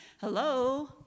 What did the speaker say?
hello